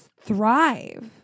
thrive